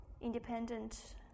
independent